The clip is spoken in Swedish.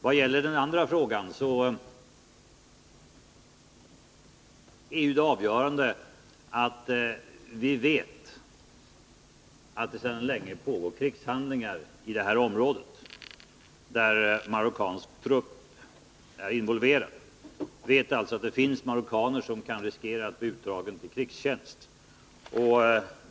Vad gäller den andra frågan är ju det avgörande att vi vet att det sedan länge pågår krigshandlingar i det här området, där marockansk trupp är involverad. Vi vet alltså att det finns marockaner som kan riskera att bli uttagna till krigstjänst.